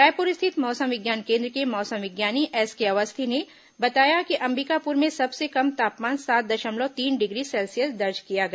रायपुर स्थित मौसम विज्ञान केन्द्र के मौसम विज्ञानी एसके अवस्थी ने बताया कि अंबिकापुर में सबसे कम तापमान सात दशमलव तीन डिग्री सेल्सियस दर्ज किया गया